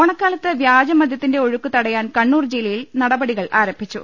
ഓണക്കാലത്ത് വ്യാജമദൃത്തിന്റെ ഒഴുക്ക് തടയാൻ കണ്ണൂർ ജില്ലയിൽ നടപടികൾ ആരംഭിച്ചു